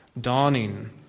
dawning